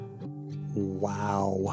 Wow